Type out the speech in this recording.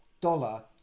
dollar